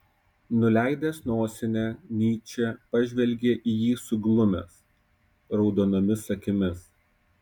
nuleidęs nosinę nyčė pažvelgė į jį suglumęs raudonomis akimis